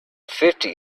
fifty